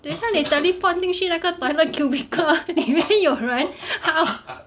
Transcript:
等一下你 teleport 进去那个 toilet cubicle 里面有人 how